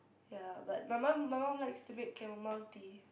ya but my mum my mum likes to make Chamomile tea